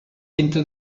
entre